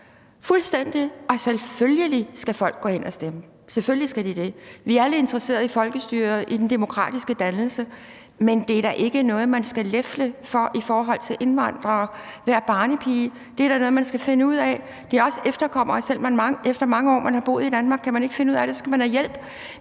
fuldstændig. Og selvfølgelig skal folk gå hen og stemme, selvfølgelig skal de det. Vi er alle interesserede i folkestyre og i den demokratiske dannelse, men det er da ikke noget, man skal lefle for i forhold til indvandrere, altså være barnepige. Det er da noget, de skal finde ud af. Det drejer sig også om efterkommere. Selv efter mange år, hvor man har boet i Danmark, kan man ikke finde ud af det, og så skal man have hjælp.